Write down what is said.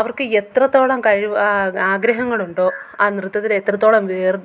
അവർക്ക് എത്രത്തോളം കഴിവ് ആ ആഗ്രഹങ്ങളുണ്ടോ ആ നൃത്തത്തിലെത്രത്തോളം വേർ